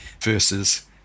versus